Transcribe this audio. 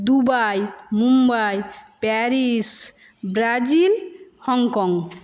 Dubai Mumbai Paris Brazil Hong Kong